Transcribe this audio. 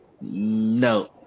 No